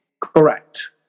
Correct